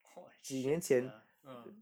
!wah! shag sia ah